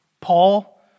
Paul